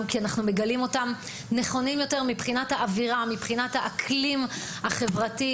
כי אנחנו מגלים שהם נכונים יותר מבחינת האווירה והאקלים החברתי.